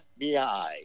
FBI